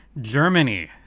Germany